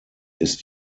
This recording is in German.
ist